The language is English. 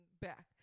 back